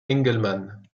engelmann